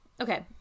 okay